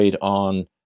on